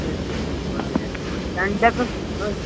اچھا ٹھیٖک واریاہ اَصٕل سِنٹٮ۪کٕس ٲسۍ